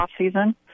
offseason